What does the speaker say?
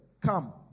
come